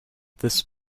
this